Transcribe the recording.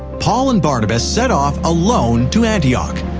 paul and barnabas set off alone to antioch.